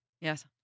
Yes